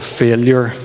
failure